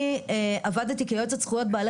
כמעט כל רפורמה שעבדנו עליה בעד זכויות בעלי